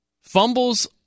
Fumbles